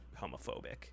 homophobic